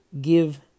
give